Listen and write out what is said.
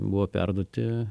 buvo perduoti